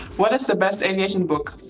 what is the best aviation book?